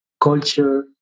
culture